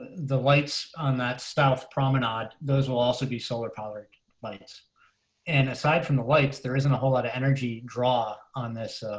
the lights on that staff prominent those will also be solar power bias and aside from the lights. there isn't a whole lot of energy draw on this,